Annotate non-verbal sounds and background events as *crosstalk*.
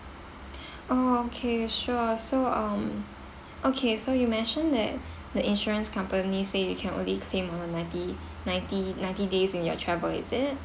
*breath* oh okay sure so um okay so you mentioned that *breath* the insurance company say you can only claim only ninety *breath* ninety days on your travel is it